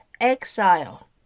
exile